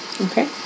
Okay